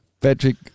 Patrick